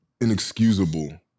inexcusable